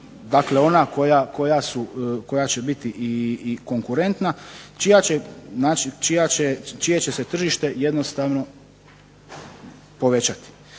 koja su, koja će biti i konkurentna, čija će, znači čije će se tržište jednostavno povećati.